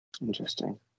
interesting